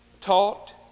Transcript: taught